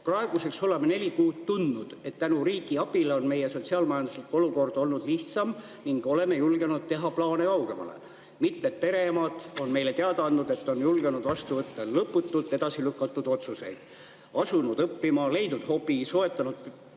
"Praeguseks oleme neli kuud tundnud, et tänu riigi abile on meie sotsiaal-majanduslik olukord olnud lihtsam ning oleme julgenud teha plaane kaugemale. Mitmed pereemad on meile teada andnud, et on julgenud vastu võtta lõputult edasi lükatud otsuseid: asunud õppima, leidnud hobi, soetanud perele